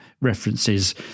references